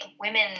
women